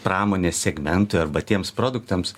pramonės segmentui arba tiems produktams